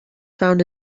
found